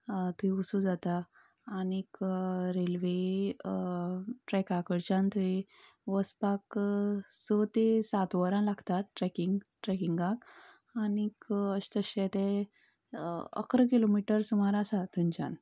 थंय वचूंक जाता आनीक रेल्वे ट्रॅका कडच्यान थंय वचपाक स तें सात वरां लागतात ट्रॅकींग ट्रॅकिंगाक आनीक अशें तशें तें इकरा किलोमिटर सुमार आसा थंयच्यान